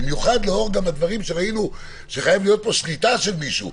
במיוחד שראינו שחייבת להיות פה שליטה של מישהו,